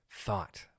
thought